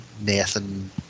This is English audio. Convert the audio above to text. Nathan